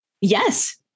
Yes